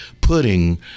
putting